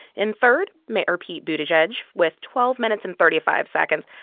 in third, mayor pete buttigieg with twelve minutes and thirty five seconds.